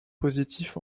positifs